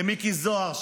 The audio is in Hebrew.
למיקי זוהר,